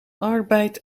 arbeid